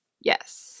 yes